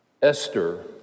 Esther